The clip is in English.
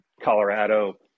colorado